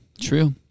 True